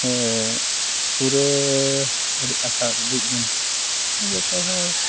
ᱦᱮᱸ ᱯᱩᱨᱟᱹ ᱟᱹᱰᱤ ᱢᱤᱫ ᱫᱤᱱ ᱢᱟᱱᱮ ᱡᱚᱛᱚ ᱦᱚᱲ